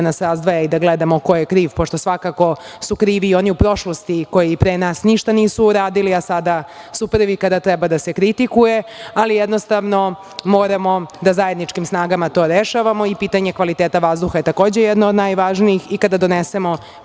nas razdvaja i da gledamo ko je kriv pošto svakako su krivi oni u prošlosti koji pre nas ništa nisu uradili, a sada su prvi kada treba da se kritikuje, ali jednostavno moramo da zajedničkim snagama to rešavamo. Pitanje kvaliteta vazduha je takođe jedno od najvažnijih i kada donesemo